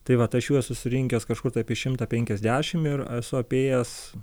tai vat aš juos esu susirinkęs kažkur tai apie šimtą penkiasdešim ir esu apėjęs